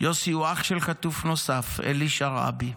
יוסי הוא אח של חטוף נוסף, אלי שרעבי,